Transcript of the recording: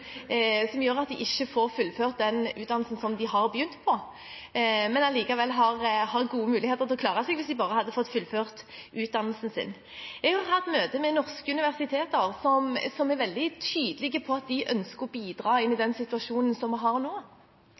har begynt på, men som allikevel har gode muligheter til å klare seg hvis de bare hadde fått fullført utdannelsen sin. Jeg har hatt møte med norske universiteter, som er veldig tydelige på at de ønsker å bidra i den situasjonen vi har nå.